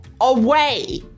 away